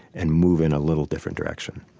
and move in a little different direction.